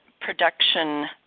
production